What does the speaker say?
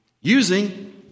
using